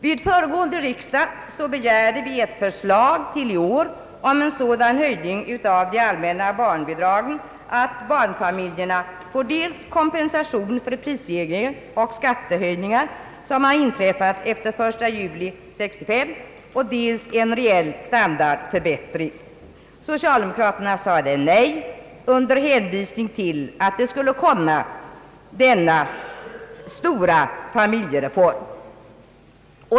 Vid föregående riksdag begärde vi ett förslag till i år på en höjning av de allmänna barnbidragen så att barnfamiljerna får dels kompensation för de prisstegringar och skattehöjningar, som har inträffat efter den 1 juli 1965, och dels en reell standardförbättring. Socialdemokraterna sade nej under hänvisning till den stora familjereform som skulle komma.